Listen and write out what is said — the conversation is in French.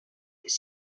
des